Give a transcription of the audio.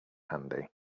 handy